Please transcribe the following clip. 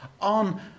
on